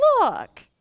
look